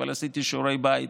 אבל עשיתי שיעורי בית